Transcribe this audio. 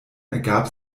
ergab